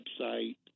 website